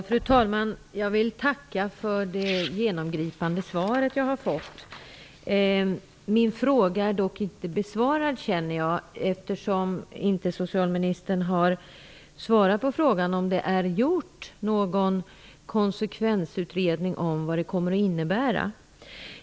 Fru talman! Jag vill tacka för det genomgripande svar jag har fått. Min fråga är dock inte besvarad, känner jag, eftersom socialministern inte har svarat på om det gjorts någon konsekvensutredning av vad nedskärningarna kommer att innebära.